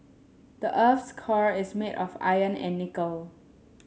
the earth's core is made of iron and nickel